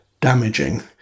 damaging